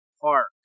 park